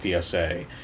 PSA